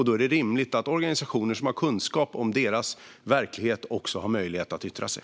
Då är det rimligt att organisationer som har kunskap om deras verklighet också har möjlighet att yttra sig.